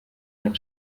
ihre